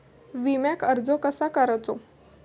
विम्याक अर्ज कसो करायचो?